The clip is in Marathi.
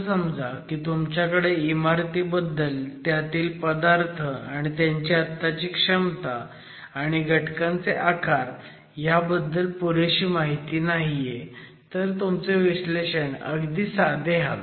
असं समजा की तुमच्याकडे इमारतीबद्दल त्यातील पदार्थ त्यांची आत्ताची क्षमता आणि घटकांचे आकार ह्याबद्दल पुरेशी माहिती नाहीये तर तुमचे विश्लेषण अगदी साधे हवे